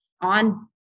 on